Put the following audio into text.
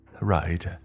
Right